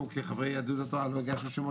לנו כחברי יהדות התורה --- אני